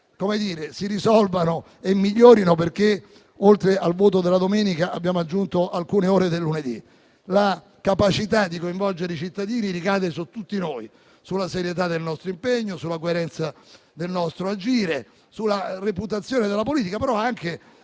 si risolvano e migliorino solo perché oltre al voto della domenica abbiamo aggiunto alcune ore del lunedì. La capacità di coinvolgere i cittadini ricade su tutti noi, sulla serietà del nostro impegno, sulla coerenza del nostro agire e sulla reputazione della politica, anche